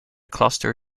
cluster